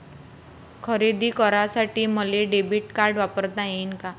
खरेदी करासाठी मले डेबिट कार्ड वापरता येईन का?